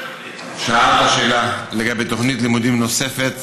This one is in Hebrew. שאלת שאלה לגבי תוכנית לימודים נוספת,